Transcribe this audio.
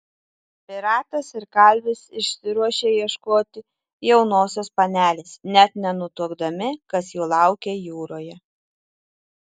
piratas ir kalvis išsiruošia ieškoti jaunosios panelės net nenutuokdami kas jų laukia jūroje